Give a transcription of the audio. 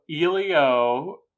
Elio